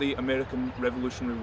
the american revolution